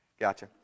Gotcha